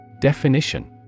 Definition